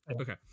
okay